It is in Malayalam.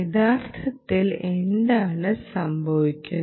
യഥാർത്ഥത്തിൽ എന്താണ് സംഭവിക്കുന്നത്